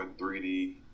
3D